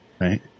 Right